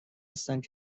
هستند